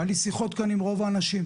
היו לי שיחות כאן עם רוב האנשים,